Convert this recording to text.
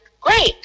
great